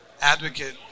advocate